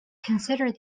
consider